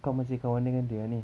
kau masih kawan dengan dia ah ni